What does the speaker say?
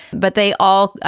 but they all, ah